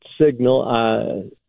signal